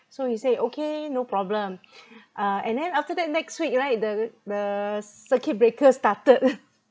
so he say okay no problem uh and then after that next week right the the cir~ circuit breaker started